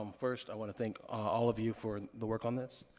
um first, i wanna thank all of you for the work on this.